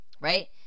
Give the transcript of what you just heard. right